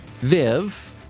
Viv